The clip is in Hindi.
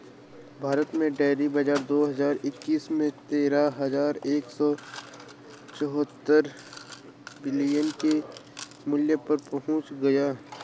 भारत में डेयरी बाजार दो हज़ार इक्कीस में तेरह हज़ार एक सौ चौहत्तर बिलियन के मूल्य पर पहुंच गया